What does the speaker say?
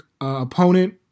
opponent